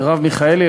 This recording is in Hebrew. מרב מיכאלי,